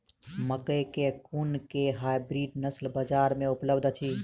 मकई केँ कुन केँ हाइब्रिड नस्ल बजार मे उपलब्ध अछि?